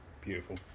Beautiful